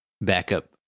backup